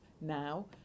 now